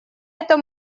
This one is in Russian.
этом